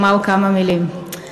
לומר כמה מילים,